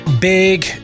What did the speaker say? Big